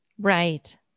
Right